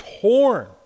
torn